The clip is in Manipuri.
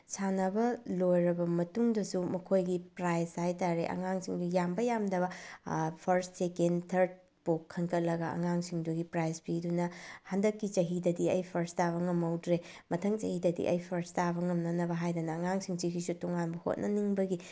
ꯁꯥꯟꯅꯕ ꯂꯣꯏꯔꯕ ꯃꯇꯨꯡꯗꯁꯨ ꯃꯈꯣꯏꯒꯤ ꯄ꯭ꯔꯥꯏꯖ ꯍꯥꯏ ꯇꯥꯔꯦ ꯑꯉꯥꯡꯁꯤꯡꯁꯤ ꯌꯥꯝꯕ ꯌꯥꯝꯗꯕ ꯐꯔꯁ ꯁꯦꯀꯦꯟ ꯊ꯭ꯔꯠꯄꯨꯛ ꯈꯟꯒꯠꯂꯒ ꯑꯉꯥꯡꯁꯤꯡꯗꯨꯒꯤ ꯄ꯭ꯔꯥꯏꯖ ꯄꯤꯗꯨꯅ ꯍꯟꯗꯛꯀꯤ ꯆꯍꯤꯗꯗꯤ ꯑꯩ ꯐꯔꯁ ꯇꯥꯕ ꯉꯝꯍꯧꯗ꯭ꯔꯦ ꯃꯊꯪ ꯆꯍꯤꯗꯗꯤ ꯑꯩ ꯐꯔꯁ ꯇꯥꯕ ꯉꯝꯅꯅꯕ ꯍꯥꯏꯗꯅ ꯑꯉꯥꯡꯁꯤꯡꯁꯤꯒꯤꯁꯨ ꯇꯣꯉꯥꯟꯕ ꯍꯣꯠꯅꯅꯤꯡꯕꯒꯤ